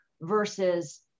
versus